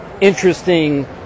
interesting